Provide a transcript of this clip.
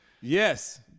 Yes